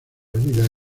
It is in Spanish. olvida